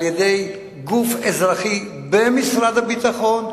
על-ידי גוף אזרחי במשרד הביטחון,